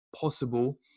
possible